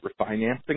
refinancing